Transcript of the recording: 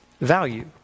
value